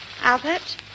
Albert